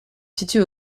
situe